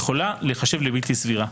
יכולה להיחשב לבלתי סבירה.